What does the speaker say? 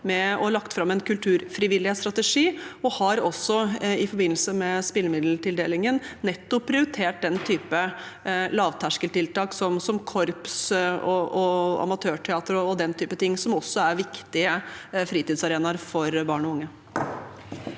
med og har lagt fram en kulturfrivillighetsstrategi og har i forbindelse med spillemiddeltildelingen nettopp prioritert lavterskeltiltak som korps og amatørteater, som også er viktige fritidsarenaer for barn og unge.